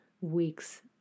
weeks